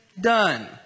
done